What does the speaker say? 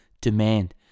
demand